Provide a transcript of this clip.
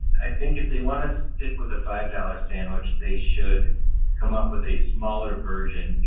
i think if they want to stick with a five-dollar sandwich, they should come up with a smaller version.